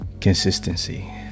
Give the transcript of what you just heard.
Consistency